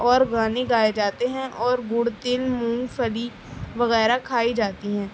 اور گانے گائے جاتے ہیں اور گڑتن مونگ پھلی وغیرہ کھائی جاتی ہیں